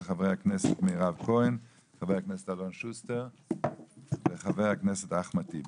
חברי הכנסת מירב כהן וח"כ אלון שוסטר וח"כ אחמד טיבי.